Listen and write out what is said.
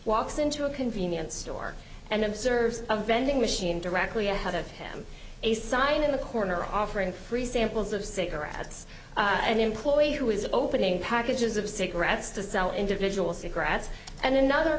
walks into a convenience store and observe a vending machine directly ahead of him a sign in the corner offering free samples of cigarettes an employee who is opening packages of cigarettes to sell individual seagrass and another